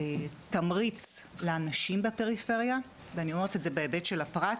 תמריץ לאנשים בפריפריה ואני אומרת את זה בהיבט של הפרט,